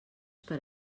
per